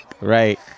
Right